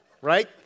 Right